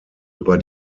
über